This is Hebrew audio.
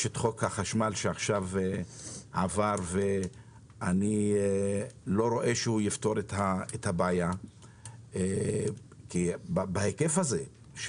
יש את חוק החשמל שעבר ואני לא רואה איך הוא יפתור את הבעיה בהיקף הזה.